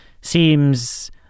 seems